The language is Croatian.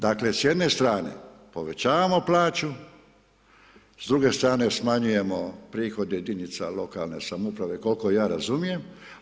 Dakle s jedne strane povećavamo plaću, s druge strane smanjujemo prihod jedinica lokalne samouprave koliko ja razumijem.